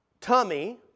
tummy